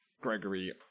gregory